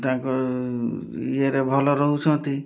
ତାଙ୍କ ଇଏରେ ଭଲ ରହୁଛନ୍ତି